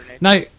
No